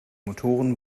motoren